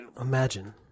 Imagine